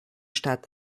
stadt